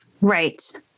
Right